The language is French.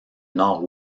nord